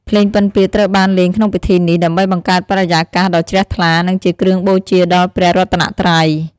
ភ្លេងពិណពាទ្យត្រូវបានលេងក្នុងពិធីនេះ ដើម្បីបង្កើតបរិយាកាសដ៏ជ្រះថ្លា និងជាគ្រឿងបូជាដល់ព្រះរតនត្រ័យ។